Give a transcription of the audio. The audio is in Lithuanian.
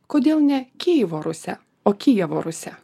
kodėl ne kijivo rusia o kijevo rusia